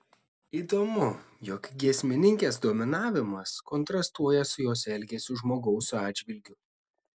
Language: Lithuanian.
įdomu jog giesmininkės dominavimas kontrastuoja su jos elgesiu žmogaus atžvilgiu